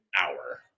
hour